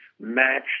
match